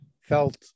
felt